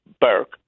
Burke